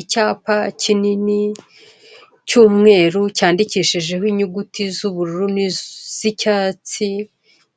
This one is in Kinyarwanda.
Icyapa kinini cy'umweru cyandikishijeho inyuguti z'ubururu n'izicyatsi